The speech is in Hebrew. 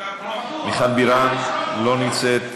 מיכל בירן, אינה נוכחת.